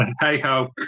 hey-ho